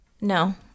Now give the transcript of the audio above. No